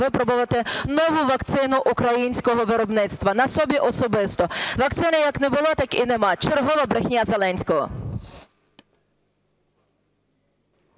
випробувати нову вакцину українського виробництва, на собі особисто. Вакцини як не було, так і нема – чергова брехня Зеленського.